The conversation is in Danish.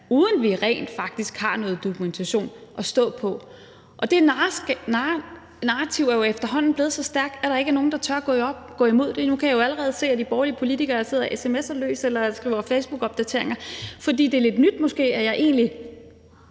uden at vi rent faktisk har nogen dokumentation at stå på, og det narrativ er jo efterhånden blevet så stærkt, at der ikke er nogen, der tør gå imod det. Og nu kan jeg jo allerede se, at de borgerlige politikere sidder og sms'er løs eller skriver facebookopdateringer, fordi det måske egentlig